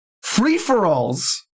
Free-for-alls